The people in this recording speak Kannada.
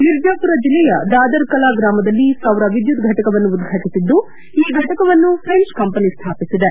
ಮಿರ್ಜಾಪುರ ಜಿಲ್ಲೆಯ ದಾದರ್ ಕಲಾ ಗ್ರಾಮದಲ್ಲಿ ಸೌರ ವಿದ್ಯುತ್ ಫಟಕವನ್ನು ಉದ್ಯಾಟಿಸಿದ್ದು ಈ ಫಟಕವನ್ನು ಪ್ರೆಂಚ್ ಕಂಪನಿ ಸ್ಥಾಪಿಸಿದೆ